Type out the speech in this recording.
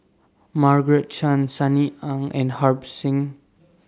Margaret Chan Sunny Ang and Harbans Singh